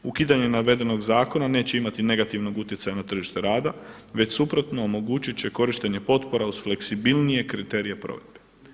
Ukidanje navedenog zakona neće imati negativnog utjecaja na tržište rada već suprotno, omogućit će korištenje potpora uz fleksibilnije kriterije provedbe.